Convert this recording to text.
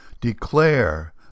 Declare